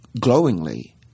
glowingly